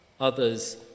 Others